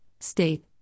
state